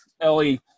ellie